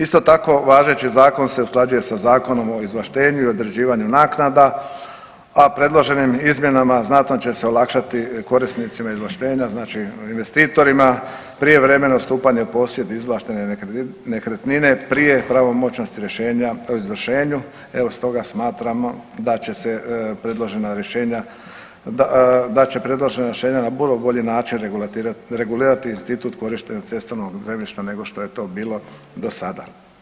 Isto tako, važeći zakon se usklađuje sa Zakonom o izvlaštenju i određivanju naknada, a predloženim izmjenama znatno će se olakšati korisnicima izvlaštenja znači investitorima prijevremeno stupanje u posjed izvlaštene nekretnine prije pravomoćnosti rješenja o izvršenju, evo stoga smatramo da će se predloženo rješenja, da će predložena rješenja na puno bolji način regulirati institut korištenja cestovnog zemljišta nego što je to bilo do sada.